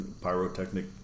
Pyrotechnic